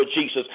Jesus